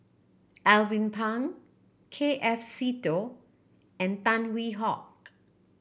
Alvin Pang K F Seetoh and Tan Hwee Hock